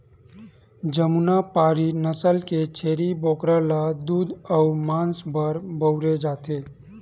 जमुनापारी नसल के छेरी बोकरा ल दूद अउ मांस बर बउरे जाथे